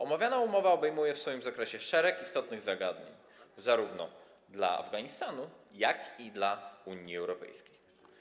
Omawiana umowa obejmuje swoim zakresem szereg istotnych zagadnień, zarówno dla Afganistanu, jak i dla Unii Europejskiej.